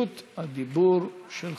רשות הדיבור שלך.